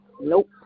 Nope